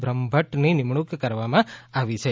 બ્રહ્મભદૃની નિમણૂંક કરવામાં આવી છે